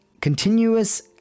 continuous